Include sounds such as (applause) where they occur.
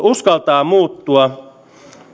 (unintelligible) uskaltaa muuttua